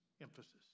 emphasis